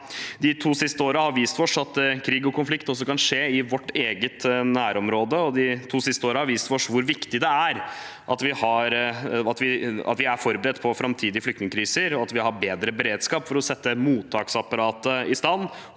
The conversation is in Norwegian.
De to siste årene har vist oss at krig og konflikt også kan skje i vårt eget nærområde. De to siste årene har også vist oss hvor viktig det er at vi er forberedt på framtidige flyktningkriser, og at vi har bedre beredskap for å sette mottaksapparatet,